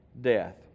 death